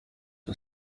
are